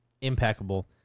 Impeccable